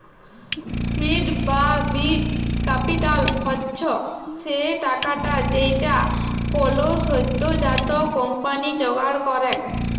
seed বা বীজ capital হচ্ছ সে টাকাটা যেইটা কোলো সদ্যজাত কম্পানি জোগাড় করেক